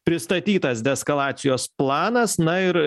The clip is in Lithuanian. pristatytas deeskalacijos planas na ir